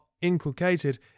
inculcated